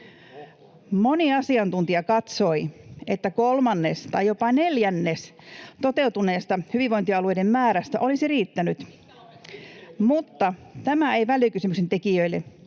Moni asiantuntija katsoi, että kolmannes tai jopa neljännes toteutuneesta hyvinvointialueiden määrästä olisi riittänyt, [Annika Saarikko: Mitkä lopetatte?